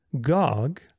Gog